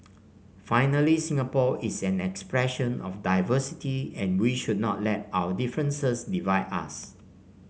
finally Singapore is an expression of diversity and we should not let our differences divide us